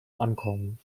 ankommen